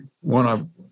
One